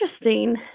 interesting